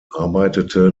arbeitete